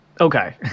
Okay